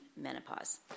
menopause